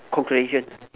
congratulation